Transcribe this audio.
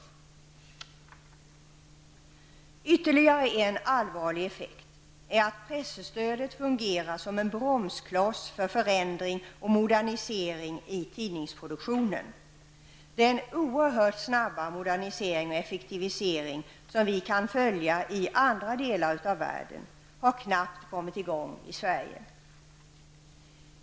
Ytterligare en allvarlig effekt är att presstödet fungerar som en bromskloss för en förändring och modernisering av tidningsproduktionen. En oerhört snabb modernisering och effektivisering kan följas i andra delar av världen. Men i Sverige har vi knappt kommit i gång i det avseendet.